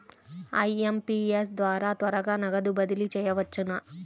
IMPS ద్వారా త్వరగా నగదు బదిలీ చేయవచ్చునా?